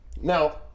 Now